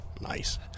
Nice